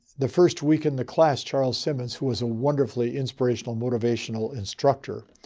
the first week in the class, charles simmons, who was a wonderfully inspirational motivational instructor,